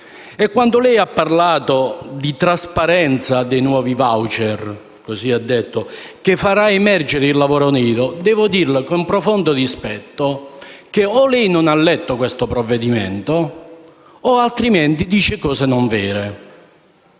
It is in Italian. e quando lei ha detto che la trasparenza dei nuovi *voucher* - così ha detto - farà emergere il lavoro nero, devo dirle con profondo rispetto che lei non ha letto il provvedimento in esame, altrimenti dice cose non vere.